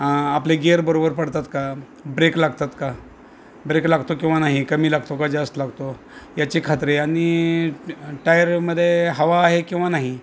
आपले गिअर बरोबर पडतात का ब्रेक लागतात का ब्रेक लागतो किंवा नाही कमी लागतो का जास्त लागतो याची खात्रीे आणि टायरमध्ये हवा आहे किंवा नाही